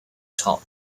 taught